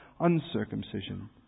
uncircumcision